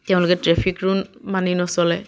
তেওঁলোকে traffic rule মানি নচলে